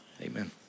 amen